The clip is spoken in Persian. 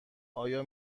آیا